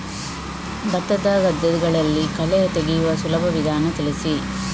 ಭತ್ತದ ಗದ್ದೆಗಳಲ್ಲಿ ಕಳೆ ತೆಗೆಯುವ ಸುಲಭ ವಿಧಾನ ತಿಳಿಸಿ?